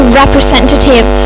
representative